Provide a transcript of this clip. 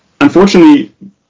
unfortunately